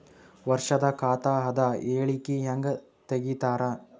ವರ್ಷದ ಖಾತ ಅದ ಹೇಳಿಕಿ ಹೆಂಗ ತೆಗಿತಾರ?